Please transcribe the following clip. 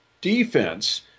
defense –